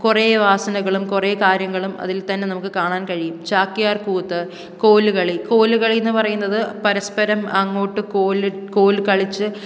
കുറേ വാസനകളും കുറേ കാര്യങ്ങളും അതിൽതന്നെ നമുക്ക് കാണാൻ കഴിയും ചാക്യാർകൂത്ത് കോലുകളി കോലുകളി എന്നു പറയുന്നത് പരസ്പരം അങ്ങോട്ട് കോലിട് കോല് കളിച്ച്